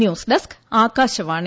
news desk Akashvani